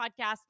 podcast